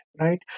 right